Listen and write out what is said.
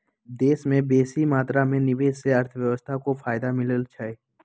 देश में बेशी मात्रा में निवेश से अर्थव्यवस्था को फयदा मिलइ छइ